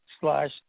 slash